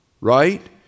right